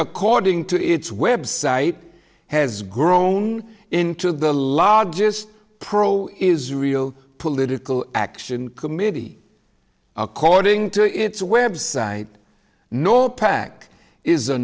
according to its website has grown into the largest pro israel political action committee according to its website nor pac is a